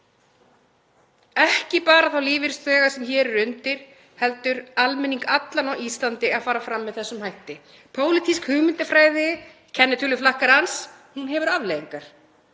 ekki bara þá lífeyrisþega sem hér eru undir heldur mun það kosta almenning allan á Íslandi að fara fram með þessum hætti. Pólitísk hugmyndafræði kennitöluflakkarans hefur afleiðingar.